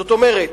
זאת אומרת,